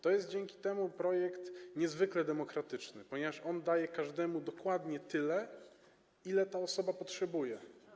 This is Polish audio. To jest dzięki temu projekt niezwykle demokratyczny, ponieważ daje on każdej osobie dokładnie tyle, ile ta osoba potrzebuje.